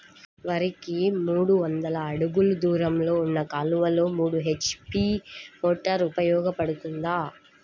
వరికి మూడు వందల అడుగులు దూరంలో ఉన్న కాలువలో మూడు హెచ్.పీ మోటార్ ఉపయోగపడుతుందా?